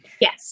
Yes